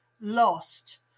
lost